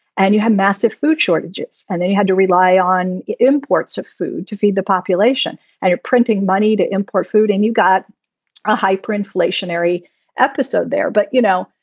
and you have massive food shortages. and they had to rely on imports of food to feed the population and you're printing money to import food and you got a hyperinflationary episode there. but, you know,